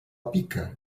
pica